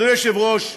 אדוני היושב-ראש,